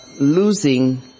losing